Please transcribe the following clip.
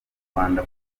rwanda